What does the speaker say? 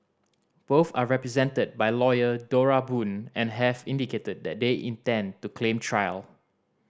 both are represented by lawyer Dora Boon and have indicated that they intend to claim trial